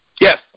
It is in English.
Yes